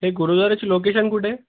ते गुरुद्वाराची लोकेशन कुठं आहे